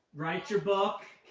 write your book.